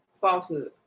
falsehood